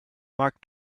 mark